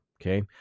okay